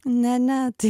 ne ne tai